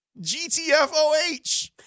GTFOH